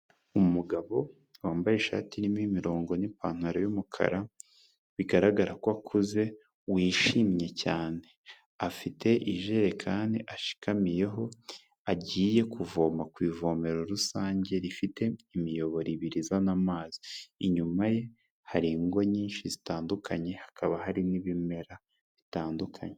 Umugabo wambaye ishati irimo imirongo n'ipantaro y'umukara, bigaragara ko akuze wishimye cyane, afite ijerekani ashikamiyeho, agiye kuvoma ku ivomero rusange rifite imiyoboro ibiri izana amazi, inyuma ye hari ingo nyinshi zitandukanye, hakaba hari n'ibimera bitandukanye.